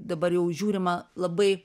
dabar jau žiūrima labai